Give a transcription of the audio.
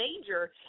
major